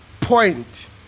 point